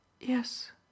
Yes